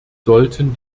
sollten